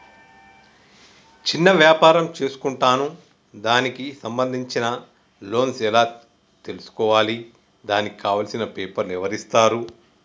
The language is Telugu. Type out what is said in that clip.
చిన్న వ్యాపారం చేసుకుంటాను దానికి సంబంధించిన లోన్స్ ఎలా తెలుసుకోవాలి దానికి కావాల్సిన పేపర్లు ఎవరిస్తారు?